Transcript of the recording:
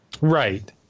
Right